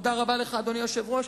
תודה רבה לך, אדוני היושב-ראש.